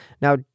now